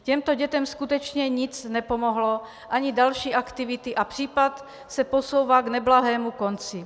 Těmto dětem skutečně nic nepomohlo, ani další aktivity, a případ se posouvá k neblahému konci.